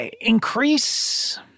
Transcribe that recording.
increase